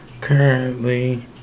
currently